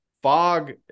Fog